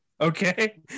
Okay